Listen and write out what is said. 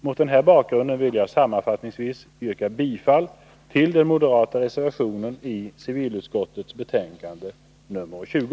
Mot den här bakgrunden vill jag sammanfattningsvis yrka bifall till den moderata reservationen i civilutskottets betänkande nr 20.